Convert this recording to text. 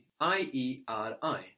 I-E-R-I